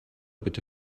bitte